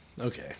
Okay